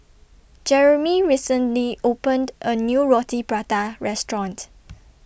Jeremey recently opened A New Roti Prata Restaurant